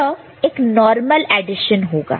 यह एक normal addition होगा